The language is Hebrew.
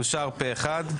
אושר פה אחד.